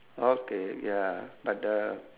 okay ya but the